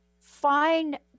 Find